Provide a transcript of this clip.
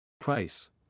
Price